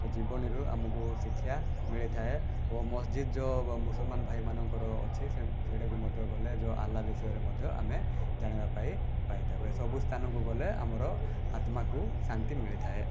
ତ ଜୀବନୀରୁ ଆମକୁ ଶିକ୍ଷା ମିଳିଥାଏ ଓ ମସଜିଦ୍ ଯେଉଁ ମୁସଲମାନ ଭାଇମାନଙ୍କର ଅଛି ସେଇଠାକୁ ମଧ୍ୟ ଗଲେ ଯେଉଁ ଆଲ୍ଲାହ ବିଷୟରେ ମଧ୍ୟ ଆମେ ଜାଣିବା ପାଇଁ ପାଇଥାଉ ଏସବୁ ସ୍ଥାନକୁ ଗଲେ ଆମର ଆତ୍ମାକୁ ଶାନ୍ତି ମିଳିଥାଏ